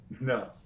No